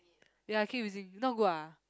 ya keep using not good ah